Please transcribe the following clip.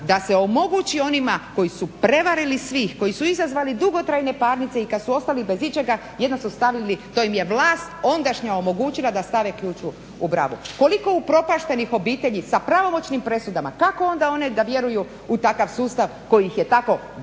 da se omogući onima koji su prevarili svih, koji su izazvali dugotrajne parnice i kada su ostali bez ičega jedno su stavili, to im je vlast, ondašnja omogućila da stave ključ u bravu. Koliko upropaštenih obitelji sa pravomoćnim presudama, kako onda one da vjeruju u takav sustav koji ih je tako bezočno